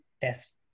test